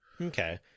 Okay